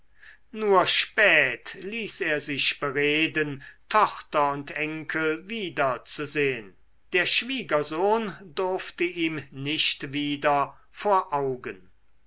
nur spät ließ er sich bereden tochter und enkel wiederzusehen der schwiegersohn durfte ihm nicht wieder vor augen